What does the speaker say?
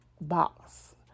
box